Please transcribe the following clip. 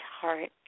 heart